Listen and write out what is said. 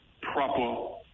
proper